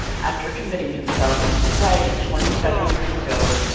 after committing himself to sobriety twenty seven years ago,